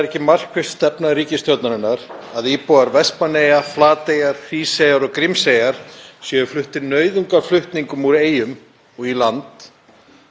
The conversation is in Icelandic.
þá er það skylda ríkisstjórnarinnar að tryggja íbúum þessara eyja viðeigandi, reglulegar og öruggar ferjusamgöngur.